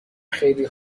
خیلی